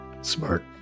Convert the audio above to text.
smart